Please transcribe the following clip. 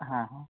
হ্যাঁ হ্যাঁ